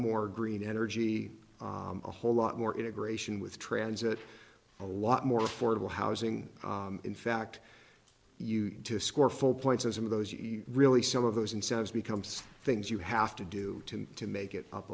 more green energy a whole lot more integration with transit a lot more affordable housing in fact used to score full points and some of those really some of those incentives becomes things you have to do to make it up